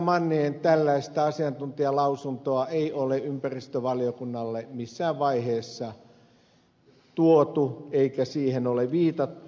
manninen tällaista asiantuntijalausuntoa ei ole ympäristövaliokunnalle missään vaiheessa tuotu eikä siihen ole viitattu